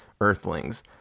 earthlings